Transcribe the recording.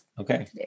Okay